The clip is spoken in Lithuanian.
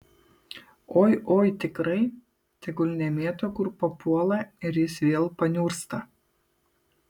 oi oi tikrai tegul nemėto kur papuola ir jis vėl paniursta